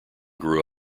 grew